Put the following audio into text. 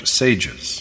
sages